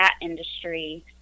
industry